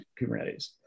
Kubernetes